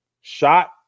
Shot